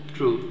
True